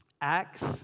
Acts